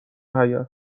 حیاط